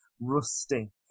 rusty